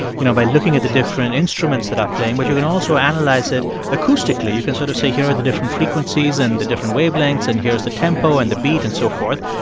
you know, by looking at the different instruments that are playing. but you can also analyze it acoustically. you can sort of say, here are the different frequencies and the different wavelengths. and here's the tempo and the beat and so forth.